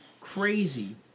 crazy